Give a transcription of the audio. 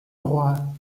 roi